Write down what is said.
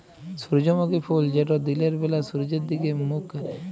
সূর্যমুখী ফুল যেট দিলের ব্যালা সূর্যের দিগে মুখ ক্যরে